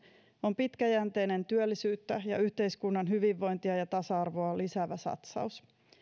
on pitkäjänteinen työllisyyttä yhteiskunnan hyvinvointia ja tasa arvoa lisäävä satsaus tätä